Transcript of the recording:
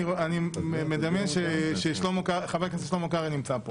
אני מדמיין שחבר הכנסת שלמה קרעי נמצא פה.